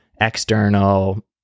external